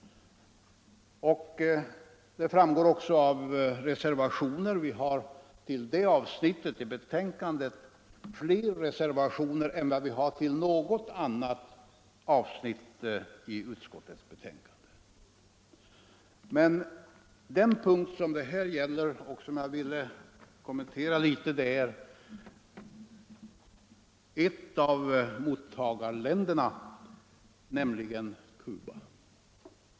Det framgår också av reservationerna. Vi har under denna punkt fler reservationer än till något annat avsnitt i utskottets betänkande. Det jag nu vill kommentera litet närmare gäller biståndet till ett av mottagarländerna, nämligen Cuba.